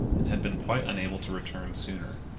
and had been quite unable to return sooner.